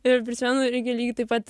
ir prisimenu irgi lygiai taip pat